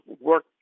work